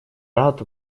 рад